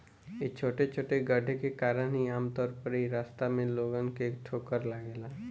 इ छोटे छोटे गड्ढे के कारण ही आमतौर पर इ रास्ता में लोगन के ठोकर लागेला